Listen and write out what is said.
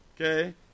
Okay